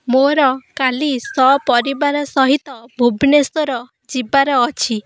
ମୋର କାଲି ସପରିବାର ସହିତ ଭୁବନେଶ୍ୱର ଯିବାର ଅଛି